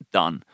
done